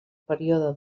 període